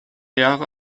jahre